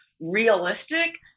realistic